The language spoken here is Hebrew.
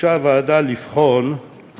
ביקשה הוועדה לבחון מה הם